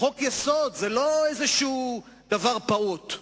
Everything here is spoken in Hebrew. חוק-יסוד זה לא איזה דבר פעוט.